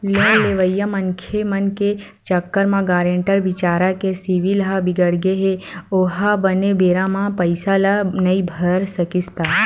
loan लेवइया मनखे के चक्कर म गारेंटर बिचारा के सिविल ह बिगड़गे हे ओहा बने बेरा म पइसा ल नइ भर सकिस त